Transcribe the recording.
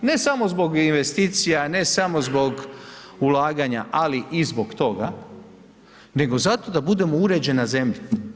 Ne samo zbog investicija, ne samo zbog ulaganja, ali i zbog toga, nego zato da budemo uređena zemlja.